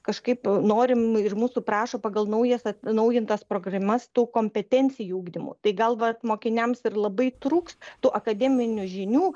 kažkaip norim ir mūsų prašo pagal naujas atnaujintas programas tų kompetencijų ugdymu tai gal vat mokiniams ir labai trūks tų akademinių žinių